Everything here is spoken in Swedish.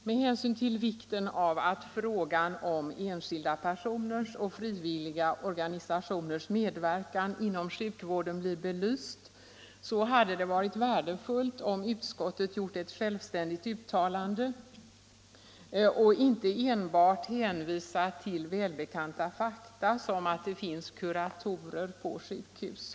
Med hänsyn till vikten av att frågan om enskilda personers och frivilliga organisationers medverkan inom sjukvården blir belyst hade det varit värdefullt om utskottet gjort ett självständigt uttalande och inte enbart hänvisat till välbekanta fakta som att det finns kuratorer på sjukhus.